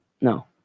No